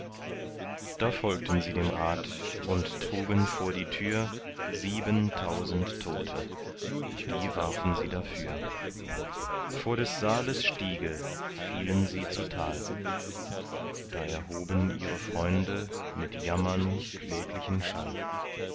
da folgten sie dem rat und trugen vor die tür siebentausend tote die warfen sie dafür vor des saales stiege fielen sie zutal da erhoben ihre freunde mit jammern kläglichen schall